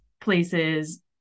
places